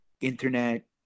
internet